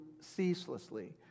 ceaselessly